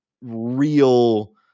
real